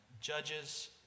Judges